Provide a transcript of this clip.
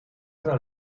tra